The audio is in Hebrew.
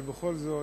אבל בכל זאת.